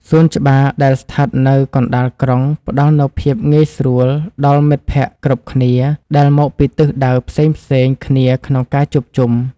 សួនច្បារដែលស្ថិតនៅកណ្តាលក្រុងផ្ដល់នូវភាពងាយស្រួលដល់មិត្តភក្តិគ្រប់គ្នាដែលមកពីទិសដៅផ្សេងៗគ្នាក្នុងការជួបជុំ។